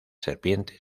serpiente